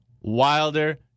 Wilder